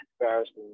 embarrassing